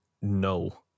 no